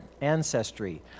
ancestry